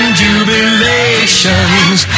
jubilations